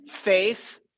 faith